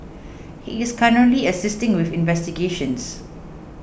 he is currently assisting with investigations